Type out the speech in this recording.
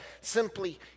simply